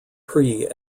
prix